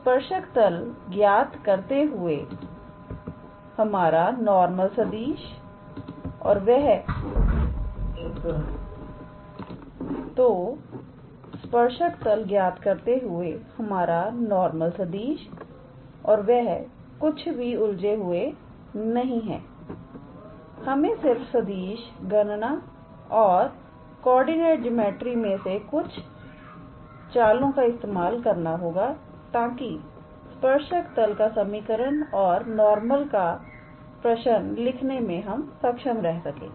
तो स्पर्शक तल ज्ञात करते हुए हमारा नॉर्मल सदिश और वह कुछ भी उलझे हुए नहीं हमें सिर्फ सदिश गणना और कॉर्डिनेट जोमेट्री में से कुछ चाल का इस्तेमाल करना होगा ताकि स्पर्शक तल का समीकरण और नॉर्मल का प्रश्न लिखने में सक्षम रह सके